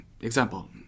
example